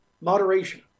moderation